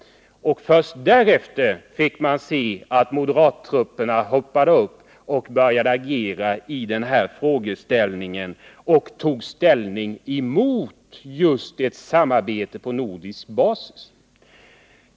Först därefter fick man se att moderattrupperna hoppade upp och började agera och tog ställning emot detta samarbete på nordisk basis.